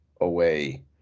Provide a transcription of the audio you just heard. away